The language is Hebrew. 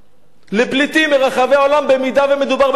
לפליטים מרחבי העולם, במידה שמדובר בפליטים.